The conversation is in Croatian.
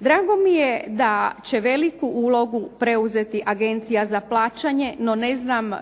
Drago mi je da će veliku ulogu preuzeti Agencija za plaćanje, no ne znam